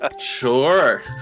sure